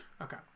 Okay